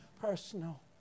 personal